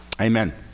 Amen